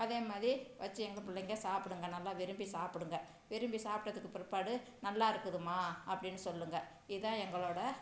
அதே மாதிரி வச்சு எங்கள் பிள்ளைங்க சாப்பிடுங்க நல்லா விரும்பி சாப்பிடுங்க விரும்பி சாப்பிட்டதுக்கு பிற்பாடு நல்லா இருக்குதும்மா அப்படின் சொல்லுங்க இதுதான் எங்களோடய